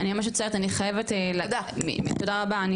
אני ממש מצטערת, אני חייבת להמשיך.